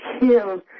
kill